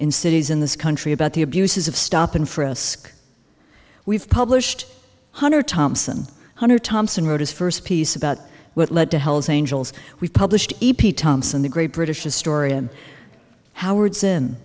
in cities in this country about the abuses of stop and frisk we've published hundred thompson under thompson wrote his first piece about what led to hell's angels we published e p thompson the great british historian howard zinn